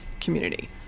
community